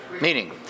Meaning